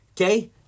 Okay